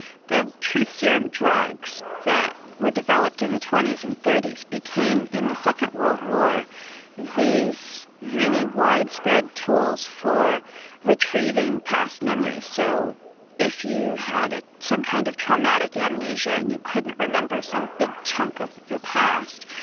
the truth serum drugs that were developed in the twenty s and thirty s became in the second world war these really widespread tools for retrieving past memories. so if you had ah some kind of traumatic amnesia and you couldn't remember some big chunk of your past,